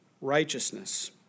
righteousness